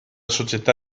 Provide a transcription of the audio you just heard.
società